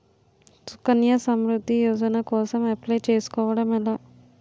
సుకన్య సమృద్ధి యోజన కోసం అప్లయ్ చేసుకోవడం ఎలా?